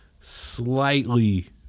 slightly